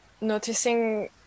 noticing